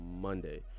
Monday